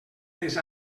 les